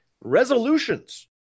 Resolutions